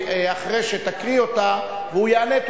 אחרי שתקריא אותה והוא יענה,